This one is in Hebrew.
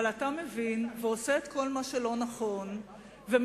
אבל אתה מבין ועושה את כל מה שלא נכון ומתקפל